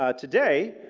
ah today,